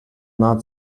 not